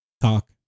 talk